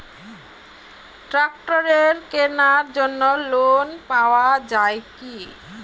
ট্রাক্টরের কেনার জন্য লোন পাওয়া যায় কি?